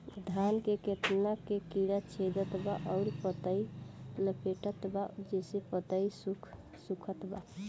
धान के तना के कीड़ा छेदत बा अउर पतई लपेटतबा जेसे पतई सूखत बा?